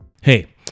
Hey